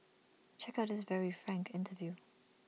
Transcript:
check out this very frank interview